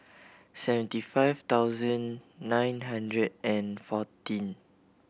seventy five thousand nine hundred and fourteen